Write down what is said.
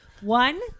One